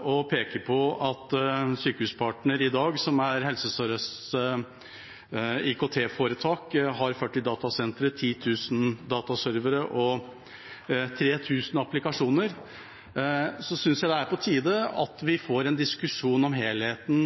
og pekte på at Sykehuspartner, som i dag er Helse Sør-Østs IKT-foretak, har 40 datasentre, 10 000 dataservere og 3 000 applikasjoner. Da synes jeg det er på tide at vi får en diskusjon om helheten